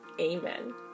amen